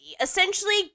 essentially